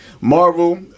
Marvel